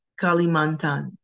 Kalimantan